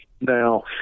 Now